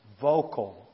vocal